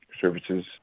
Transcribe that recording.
services